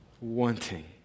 wanting